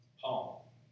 Paul